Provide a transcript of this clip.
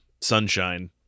Sunshine